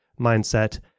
mindset